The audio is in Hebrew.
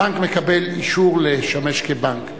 בנק מקבל אישור לשמש כבנק,